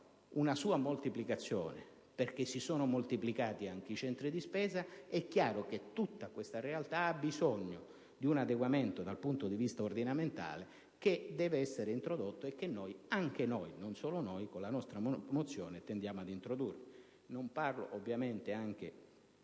una sua moltiplicazione, perché si sono moltiplicati anche i centri di spesa. È chiaro che tutta questa realtà ha bisogno di un adeguamento dal punto di vista ordinamentale, che deve essere introdotto e che noi - anche noi, ma non solo - con la nostra mozione tendiamo ad introdurre. Non parlo ovviamente delle